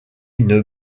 une